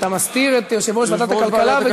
אתה מסתיר את יושב-ראש ועדת הכלכלה.